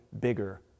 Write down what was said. bigger